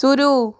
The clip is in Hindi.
शुरू